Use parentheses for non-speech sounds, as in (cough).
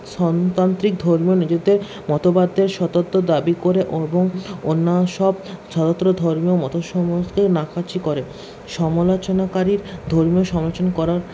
শাসনতান্ত্রিক ধর্মীয় নীতিতে মতবাদদের স্বতন্ত্র দাবী করে এবং অন্য সব স্বতন্ত্র ধর্মীয় (unintelligible) মতকেও নাকচি করে সমলোচনাকারীর ধর্মীয় সমলোচনা করার